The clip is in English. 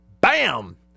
bam